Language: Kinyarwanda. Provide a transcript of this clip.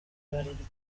bralirwa